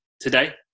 today